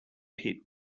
pit